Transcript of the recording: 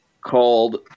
called